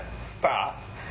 starts